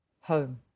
Home